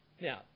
Now